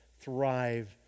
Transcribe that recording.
thrive